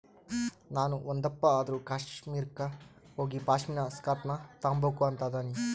ನಾಣು ಒಂದಪ್ಪ ಆದ್ರೂ ಕಾಶ್ಮೀರುಕ್ಕ ಹೋಗಿಪಾಶ್ಮಿನಾ ಸ್ಕಾರ್ಪ್ನ ತಾಂಬಕು ಅಂತದನಿ